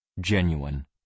genuine